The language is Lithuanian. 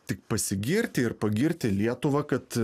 tik pasigirti ir pagirti lietuvą kad